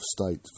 state